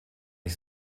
ich